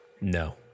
No